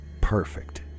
perfect